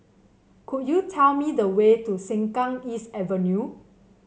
could you tell me the way to Sengkang East Avenue